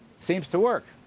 seems to work.